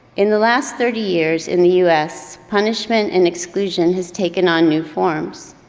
in the last thirty years in the us, punishment and exclusion has taken on new forms.